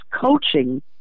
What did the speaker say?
coaching